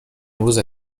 امروز